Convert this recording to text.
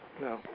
no